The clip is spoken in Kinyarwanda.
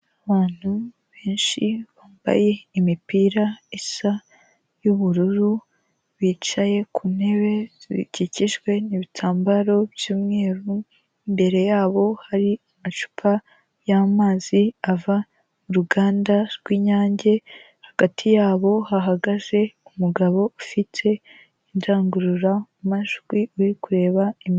Abantu benshi bambaye imipira isa y'ubururu bicaye ku ntebe zikikijwe n'ibitambaro by'umweru, imbere yabo hari amacupa y'amazi ava mu ruganda rw'inyange, hagati yabo hahagaze umugabo ufite indangurura majwi uri kureba inyuma.